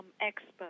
expert